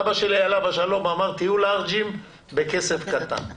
אבא שלי, עליו השלום, אמר: תהיו לארג'ים בכסף קטן.